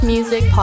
Music